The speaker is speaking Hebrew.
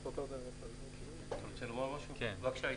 בבקשה,